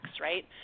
right